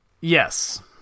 Yes